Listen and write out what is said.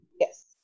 Yes